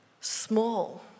small